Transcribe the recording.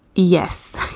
yes